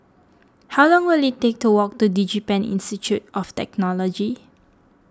how long will it take to walk to DigiPen Institute of Technology